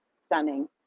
stunning